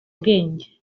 bwenge